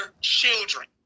children